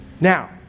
Now